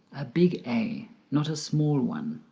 a big a, not a small one.